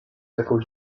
jakąś